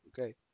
Okay